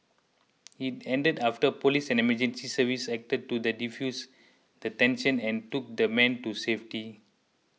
it ended after police and emergency services acted to the defuse the tension and took the man to safety